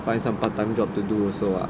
find some part time job to do also lah